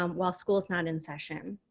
um while school's not in session.